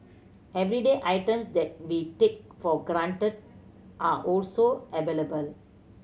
everyday items that we take for granted are also available